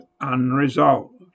unresolved